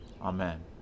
Amen